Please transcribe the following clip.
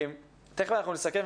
תיכף אנחנו נסכם,